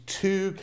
two